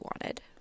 wanted